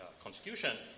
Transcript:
constitution.